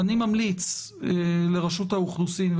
ואני ממליץ לרשות האוכלוסין,